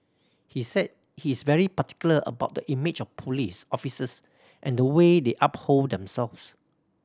he said he is very particular about the image of police officers and the way they uphold themselves